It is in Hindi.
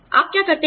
आप क्या करते हैं